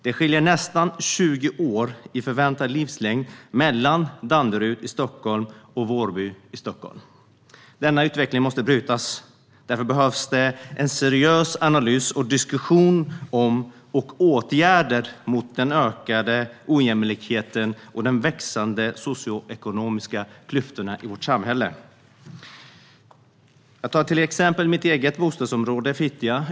Det skiljer nästan 20 år i förväntad livslängd mellan Danderyd och Vårby i Stockholm. Denna utveckling måste brytas. Därför behövs en seriös analys av, en diskussion om och åtgärder mot den ökade ojämlikheten och de växande socioekonomiska klyftorna i vårt samhälle. Ta till exempel mitt eget bostadsområde, Fittja.